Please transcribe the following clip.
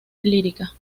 lírica